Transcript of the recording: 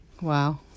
Wow